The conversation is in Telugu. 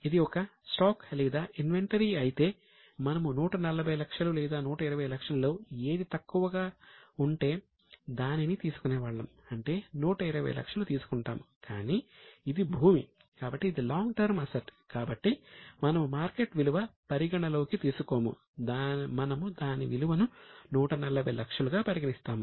ఇది స్టాక్ కాబట్టి మనము మార్కెట్ విలువ పరిగణనలోకి తీసుకోము మనము దాని విలువను 140 లక్షలుగా పరిగణిస్తాము